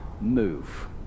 move